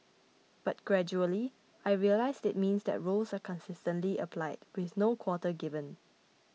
but gradually I realised it means that rules are consistently applied with no quarter given